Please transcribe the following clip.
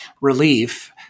relief